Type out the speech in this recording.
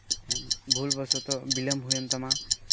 ᱵᱷᱩᱞ ᱵᱚᱥᱚᱛᱚ ᱵᱤᱞᱚᱢ ᱦᱩᱭᱮᱱ ᱛᱟᱢᱟ